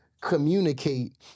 communicate